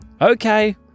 Okay